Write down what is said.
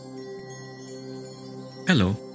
Hello